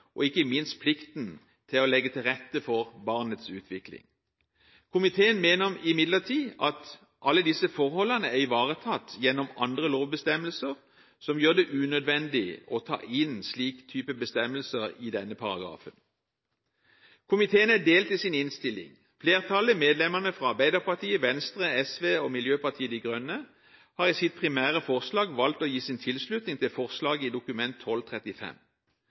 og ikke minst plikten til å legge til rette for barnets utvikling. Komiteen mener imidlertid at alle disse forholdene er ivaretatt gjennom andre lovbestemmelser, som gjør det unødvendig å ta inn en slik type bestemmelser i denne paragrafen. Komiteen er delt i sin innstilling. Flertallet, medlemmene fra Arbeiderpartiet, Venstre, SV, Miljøpartiet De Grønne, har i sitt primære forslag valgt å gi sin tilslutning til forslaget i Dokument